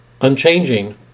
unchanging